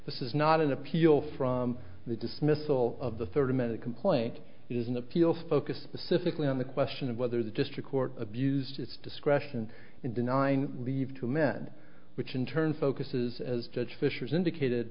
this is not an appeal from the dismissal of the thirty minute complaint it is an appeal focused specifically on the question of whether the district court abused its discretion in denying leave to men which in turn focuses as judge fisher's indicated